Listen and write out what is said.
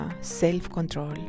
self-control